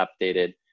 updated